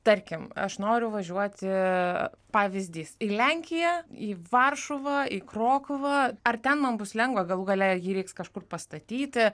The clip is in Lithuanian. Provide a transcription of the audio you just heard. tarkim aš noriu važiuoti pavyzdys į lenkiją į varšuvą į krokuvą ar ten man bus lengva galų gale jį reiks kažkur pastatyti